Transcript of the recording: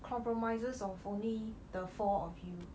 compromises of only the four of you